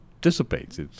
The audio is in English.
dissipates